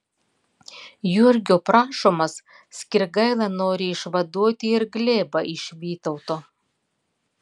jurgio prašomas skirgaila nori išvaduoti ir glėbą iš vytauto